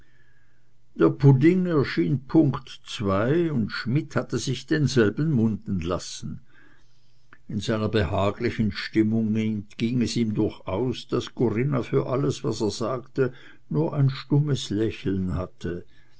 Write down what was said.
der pudding erschien punkt zwei und schmidt hatte sich denselben munden lassen in seiner behaglichen stimmung entging es ihm durchaus daß corinna für alles was er sagte nur ein stummes lächeln hatte